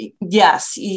yes